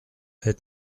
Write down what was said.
est